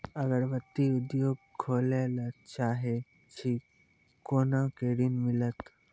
अगरबत्ती उद्योग खोले ला चाहे छी कोना के ऋण मिलत?